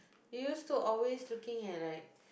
you used to always looking at like